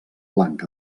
blanc